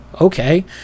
okay